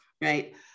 Right